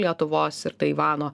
lietuvos ir taivano